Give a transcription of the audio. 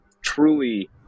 truly